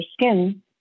skin